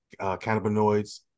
cannabinoids